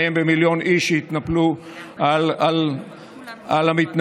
מאיים במיליון איש שיתנפלו על המתנגדים,